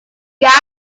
gaps